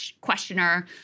questioner